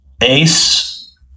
Ace